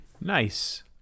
nice